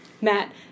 Matt